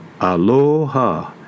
Aloha